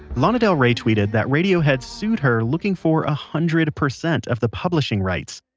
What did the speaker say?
lana del rey tweeted that radiohead sued her looking for a hundred percent of the publishing rights.